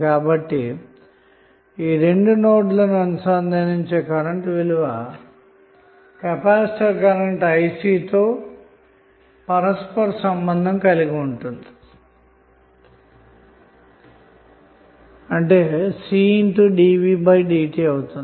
కాబట్టి ఈ రెండు నోడ్లను అనుసంధానించే కరెంట్ విలువ కెపాసిటర్ కరెంట్ తో పరస్పర సంబంధం కలిగి ఉంటే C అవుతుంది